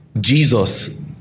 Jesus